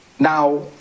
Now